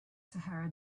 sahara